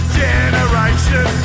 generation